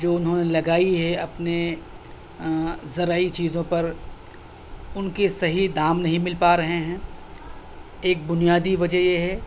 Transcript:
جو انہوں نے لگائی ہے اپنے زرعی چیزوں پر ان کے صحیح دام نہیں مل پا رہے ہیں ایک بنیادی وجہ یہ ہے